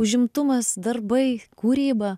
užimtumas darbai kūryba